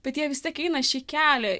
bet jie vis tiek eina šį kelią